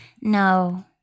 No